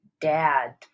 dad